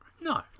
No